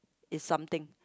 it's something